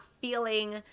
feeling